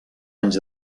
anys